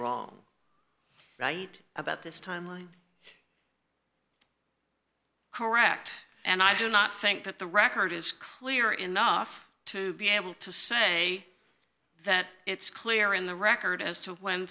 wrong right about this timeline correct and i do not think that the record is clear enough to be able to say that it's clear in the record as to when